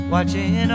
Watching